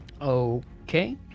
Okay